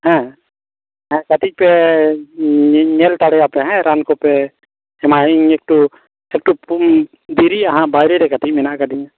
ᱦᱮᱸ ᱦᱮᱸ ᱠᱟᱹᱴᱤᱡ ᱯᱮ ᱧᱮᱞ ᱧᱮᱞ ᱦᱟᱛᱟᱲᱮᱭᱟ ᱯᱮ ᱦᱮᱸ ᱨᱟᱱ ᱠᱚᱯᱮ ᱮᱢᱟᱭᱟ ᱤᱧ ᱮᱠᱴᱩ ᱮᱠᱴᱩ ᱯᱩᱢ ᱫᱮᱨᱤᱜ ᱟ ᱦᱟᱜ ᱵᱟᱭᱨᱮ ᱠᱟᱹᱴᱤᱡ ᱢᱮᱱᱟᱜ ᱟᱠᱟᱫᱤᱧᱟ